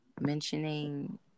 mentioning